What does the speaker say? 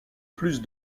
plus